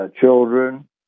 children